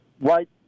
right